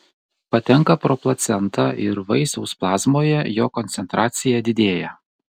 patenka pro placentą ir vaisiaus plazmoje jo koncentracija didėja